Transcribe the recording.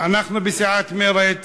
אנחנו בסיעת מרצ